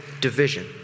division